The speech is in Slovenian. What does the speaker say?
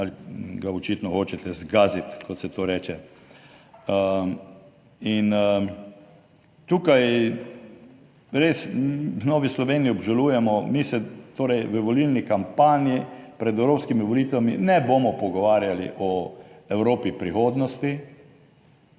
ali ga očitno hočete zgaziti, kot se to reče. Tukaj res v Novi Sloveniji obžalujemo, mi se torej v volilni kampanji pred evropskimi volitvami ne bomo pogovarjali o Evropi prihodnosti: